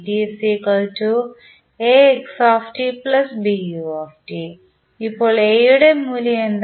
ഇപ്പോൾ A യുടെ മൂല്യം എന്താണ്